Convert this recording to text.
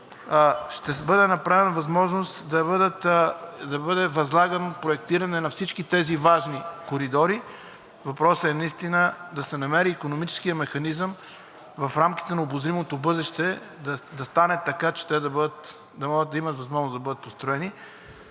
ще бъде създадена възможност да бъде възлагано проектиране на всички тези важни коридори – въпросът е да се намери икономическият механизъм в рамките на обозримото бъдеще, така че има възможност да бъдат построени.